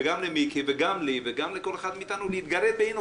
וגם למיקי זוהר וגם לי וגם לכל אחד מאיתנו להתגרד באי-נוחות.